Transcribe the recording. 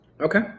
Okay